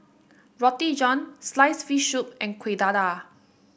Roti John sliced fish soup and Kueh Dadar